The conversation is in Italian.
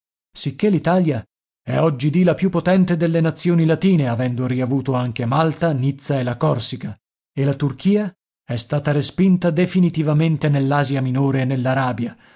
dalmazia sicché l'italia è oggidì la più potente delle nazioni latine avendo riavuto anche malta nizza e la corsica e la turchia è stata respinta definitivamente nell'asia minore e nell'arabia